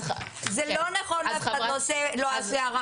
זה לא נכון ואף אחד לא עושה הערכה.